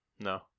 No